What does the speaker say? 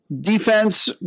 defense